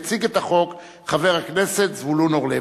יציג את החוק חבר הכנסת זבולון אורלב.